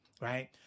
right